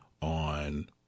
on